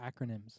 acronyms